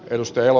merkitään